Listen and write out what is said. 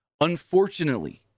Unfortunately